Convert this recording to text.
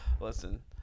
Listen